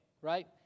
right